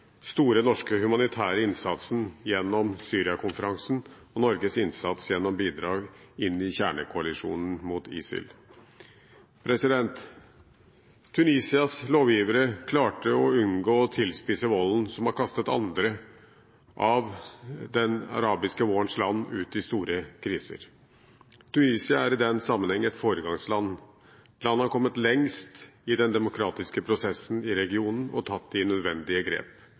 store norske humanitære innsatsen gjennom Syria-konferansen og Norges innsats gjennom bidrag inn i kjernekoalisjonen mot ISIL. Tunisias lovgivere klarte å unngå å tilspisse volden som har kastet andre av den arabiske vårens land ut i store kriser. Tunisia er i den sammenhengen et foregangsland. Landet har kommet lengst i den demokratiske prosessen i regionen og tatt de nødvendige grep.